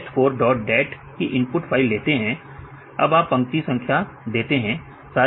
यदि आप विशेषकर फाइल test 4 dot dat की इनपुट फाइल लेते है अब आप पंक्ति को संख्या देते हैं